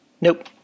Nope